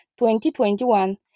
2021